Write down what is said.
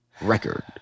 record